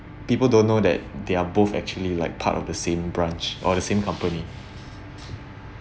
people don't know that they are both actually like part of the same branch or the same company